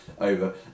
over